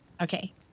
Okay